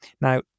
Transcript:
Now